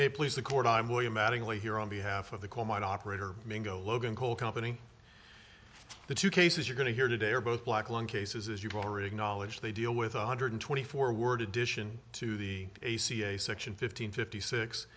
may please the court i'm william mattingly here on behalf of the coal mine operator mango logan coal company the two cases you're going to hear today are both black lung cases as you've already acknowledged they deal with one hundred twenty four word addition to the a c a section fifty and fifty six